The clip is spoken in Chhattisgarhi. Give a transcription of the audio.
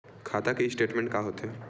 खाता के स्टेटमेंट का होथे?